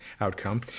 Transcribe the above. outcome